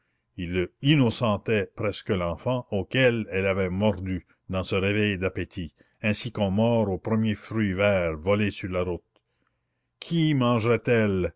il innocentait presque l'enfant auquel elle avait mordu dans ce réveil d'appétit ainsi qu'on mord au premier fruit vert volé sur la route qui mangerait elle